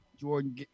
Jordan